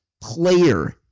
player